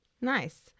Nice